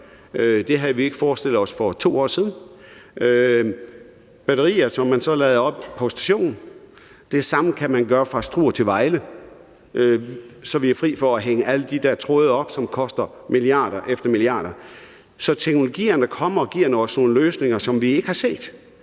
Det havde vi ikke havde forestillet os for 2 år siden. Det skal køre med batterier, som man så lader op på stationerne. Det samme kan man gøre fra Struer til Vejle, så vi er fri for at hænge alle de der tråde, som koster milliard efter milliard af kroner, op. Så der kommer nye teknologier og giver os nogle løsninger, som vi ikke har set,